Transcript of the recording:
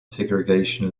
segregation